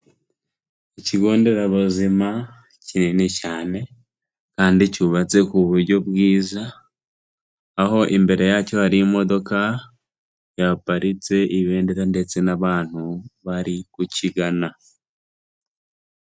Ikigo nderabuzima kinini cyane, kandi cyubatse ku buryo bwiza, aho imbere yacyo hari imodoka yaparitse, ibendera ndetse n'abantu bari kukigana.